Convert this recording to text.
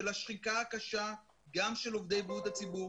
של השחיקה הקשה גם של עובדי בריאות הציבור,